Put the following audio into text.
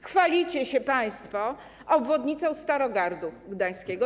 Chwalicie się państwo obwodnicą Starogardu Gdańskiego.